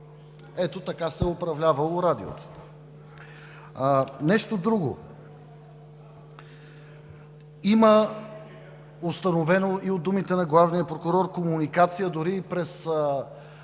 Ето така се е управлявало Радиото. Нещо друго – има установена и от думите на главния прокурор комуникация дори през